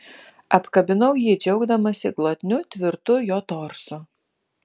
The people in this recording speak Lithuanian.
apkabinau jį džiaugdamasi glotniu tvirtu jo torsu